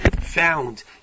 found